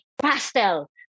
pastel